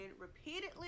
repeatedly